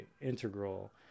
integral